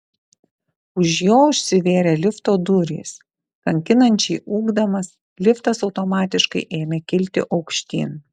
už jo užsivėrė lifto durys kankinančiai ūkdamas liftas automatiškai ėmė kilti aukštyn